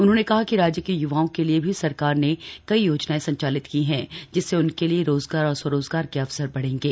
उन्होंने कहा कि राज्य के युवाओं के लिए भी सरकारने कई योजनाएं संचालित की हैं जिससे उनके लिए रोजगार और स्वरोजगार के अवसर बढ़े